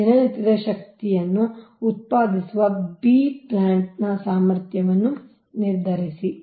ದಿನನಿತ್ಯದ ಶಕ್ತಿಯನ್ನು ಉತ್ಪಾದಿಸುವ b ಪ್ಲಾಂಟ್ ನ ಸಾಮರ್ಥ್ಯವನ್ನು ನಿರ್ಧರಿಸಿ